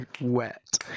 wet